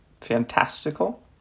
Fantastical